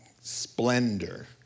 splendor